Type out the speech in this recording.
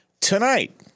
tonight